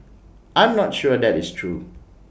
I'm not sure that is true